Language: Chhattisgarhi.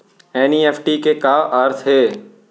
एन.ई.एफ.टी के का अर्थ है?